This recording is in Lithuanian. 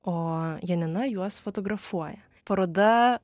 o janina juos fotografuoja paroda